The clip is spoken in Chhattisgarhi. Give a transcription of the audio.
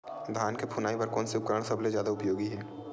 धान के फुनाई बर कोन से उपकरण सबले जादा उपयोगी हे?